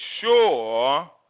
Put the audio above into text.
sure